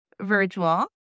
virtual